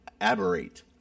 aberrate